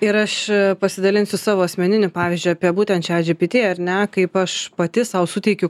ir aš pasidalinsiu savo asmeniniu pavyzdžiu apie būtent chatgpt ar ne kaip aš pati sau suteikiu